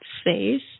space